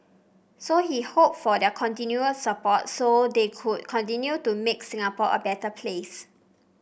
so he hoped for their continued support so they could continue to make Singapore a better place